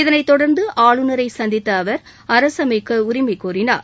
இதனைத் தொடர்ந்து ஆளுநரை சந்தித்த அவர் அரசமைக்க உரிமை கோரினார்